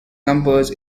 numbers